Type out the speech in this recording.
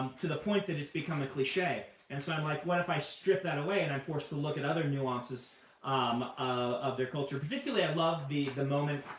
to the point that it's become a cliche. and so i'm like, what if i strip that away and i'm forced to look at other nuances um of their culture. particularly, i love the the moment,